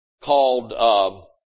called